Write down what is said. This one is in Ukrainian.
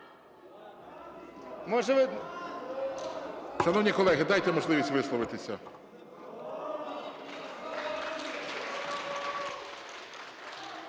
Шановні колеги, дайте можливість висловитися.